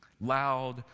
Loud